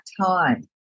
time